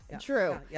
True